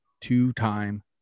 two-time